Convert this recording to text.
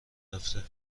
رفته